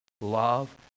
love